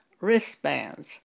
wristbands